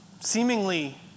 seemingly